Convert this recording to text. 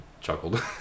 chuckled